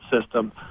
system